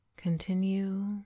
Continue